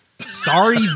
Sorry